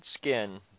skin